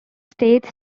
states